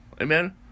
amen